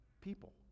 people